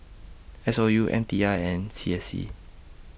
S O U M T I and C S C